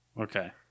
Okay